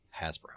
Hasbro